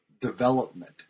development